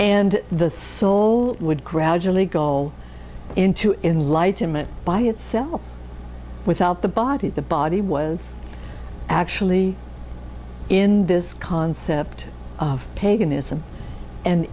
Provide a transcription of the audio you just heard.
and the soul would gradually goal into enlightenment by itself without the body the body was actually in this concept of paganism and